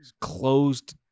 closed